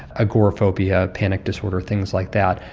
agoraphobia, panic disorder, things like that.